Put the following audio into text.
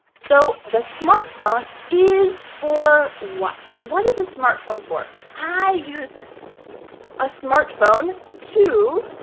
so the smartphone is for what? what is a smartphone for? i use a smartphone to.